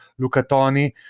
Lucatoni